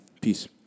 Peace